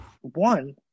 one